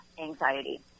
anxiety